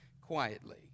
quietly